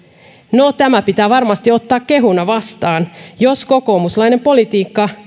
no tämä pitää varmasti ottaa kehuna vastaan jos kokoomuslainen politiikka